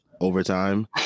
overtime